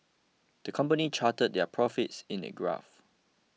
the company charted their profits in a graph